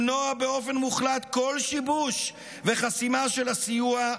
למנוע באופן מוחלט כל שיבוש וחסימה של הסיוע,